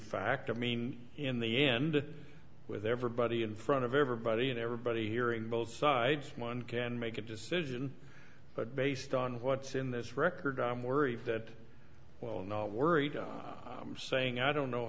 fact i mean in the end with everybody in front of everybody and everybody hearing both sides one can make a decision but based on what's in this record i'm worried that well i'm not worried i'm saying i don't know